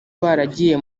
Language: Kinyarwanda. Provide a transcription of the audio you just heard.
baragiye